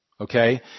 okay